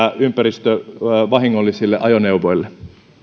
ympäristövahingollisille ajoneuvoille